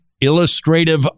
illustrative